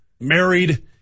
married